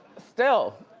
still.